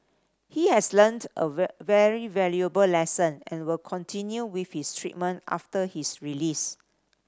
he has learnt a very valuable lesson and will continue with his treatment after his release